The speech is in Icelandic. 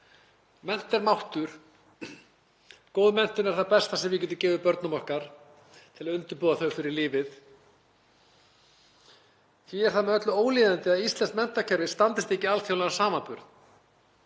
Mennt er máttur. Góð menntun er það besta sem við getum gefið börnum okkar til að undirbúa þau fyrir lífið. Því er það með öllu ólíðandi að íslenskt menntakerfi standist ekki alþjóðlegan samanburð.